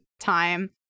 time